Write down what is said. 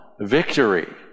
victory